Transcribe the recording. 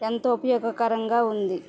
ఎంతో ఉపయోగకరంగా ఉంది